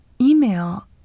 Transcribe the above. email